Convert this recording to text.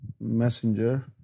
Messenger